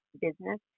business